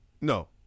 no